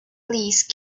least